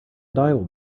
will